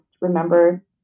remember